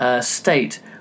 State